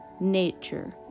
Nature